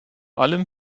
allem